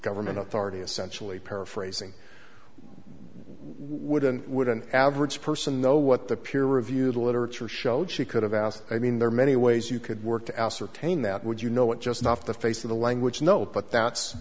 government authority essentially paraphrasing wouldn't would an average person know what the peer reviewed literature showed she could have asked i mean there are many ways you could work to ascertain that would you know it just not the face of the language no but that's